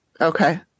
Okay